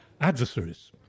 adversaries